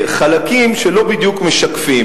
חלקים שלא בדיוק משקפים.